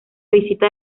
visita